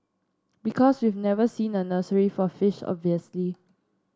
because we've never seen a nursery for fish obviously